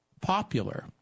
popular